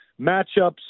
matchups